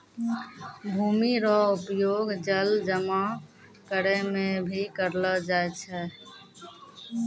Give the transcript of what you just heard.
भूमि रो उपयोग जल जमा करै मे भी करलो जाय छै